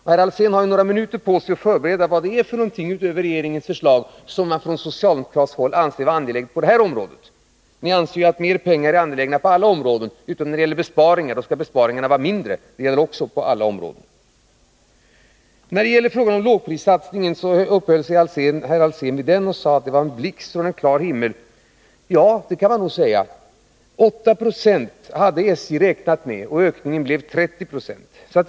Herr Alsén har några minuter på sig att förbereda svaret på vad det är för något utöver regeringens förslag som man från socialdemokratiskt håll anser vara angeläget på det här området. Ni anser ju att mer pengar är angeläget på alla områden utom då det gäller besparingar, för de skall vara mindre — det gäller också på alla områden. Herr Alsén uppehöll sig vid lågprissatsningen och sade att den kom som en blixt från en klar himmel. Ja, det kan man nog säga. SJ hade räknat med en ökning av passagerarantalet med 8 26, men den blev 30 96.